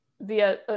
via